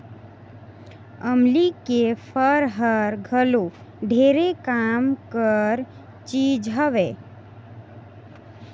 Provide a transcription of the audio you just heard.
अमली के फर हर घलो ढेरे काम कर चीज हवे